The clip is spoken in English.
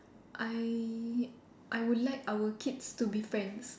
I I would like our kids to be friends